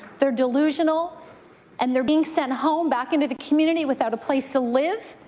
they're delusional and they're being sent home back into the community without a place to live,